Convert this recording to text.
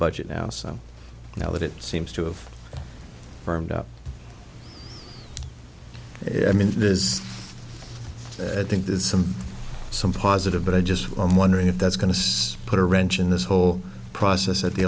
budget now so now that it seems to have firmed up i mean it is i think there's some some positive but i just i'm wondering if that's going to put a wrench in this whole process at the